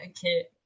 Okay